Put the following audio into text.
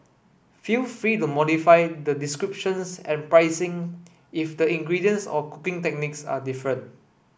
feel free to modify the descriptions and pricing if the ingredients or cooking techniques are different